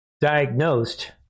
diagnosed